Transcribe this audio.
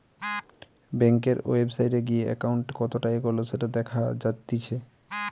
বেংকের ওয়েবসাইটে গিয়ে একাউন্ট কতটা এগোলো সেটা দেখা জাতিচ্চে